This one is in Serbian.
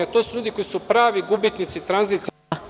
To su ljudi koji su pravi gubitnici tranzicije…